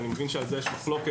ואני מבין שעל זה יש מחלוקת,